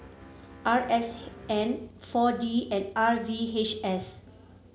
R S N four D and R V H S